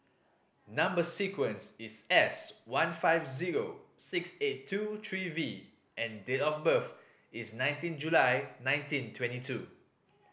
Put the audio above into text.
number sequence is S one five zero six eight two three V and date of birth is nineteen July nineteen twenty two